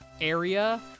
area